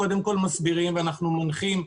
מסבירים ומנחים.